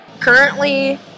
Currently